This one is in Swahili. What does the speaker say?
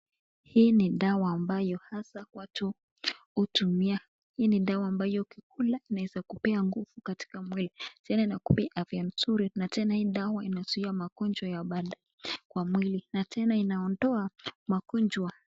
Hii ni dawa ambayo hasa watu utumia. Hii ni dawa ambayo ukikula inaweza kupea nguvu katika miwili, tena inakupa afya mzuri na tena hii dawa inazuia magonjwa ya baadaye kwa miwili, na tena inaondoa magonjwa.